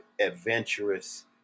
adventurous